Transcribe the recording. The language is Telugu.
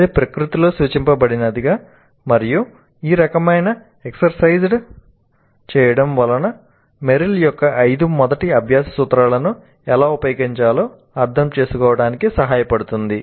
ఇది ప్రకృతిలో సూచించదగినది మరియు ఈ రకమైన ఎక్సర్సైజ్ చేయడం వల్ల మెర్రిల్ యొక్క ఐదు మొదటి అభ్యాస సూత్రాలను ఎలా ఉపయోగించాలో అర్థం చేసుకోవడానికి సహాయపడుతుంది